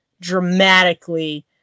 dramatically